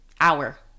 hour